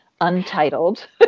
Untitled